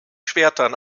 schwertern